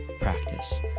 practice